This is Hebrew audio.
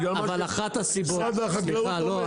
בגלל מה שמשרד החקלאות אומר.